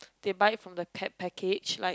they buy from the kept package like